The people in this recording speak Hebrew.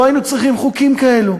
לא היינו צריכים חוקים כאלה.